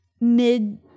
mid